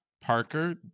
Parker